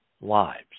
lives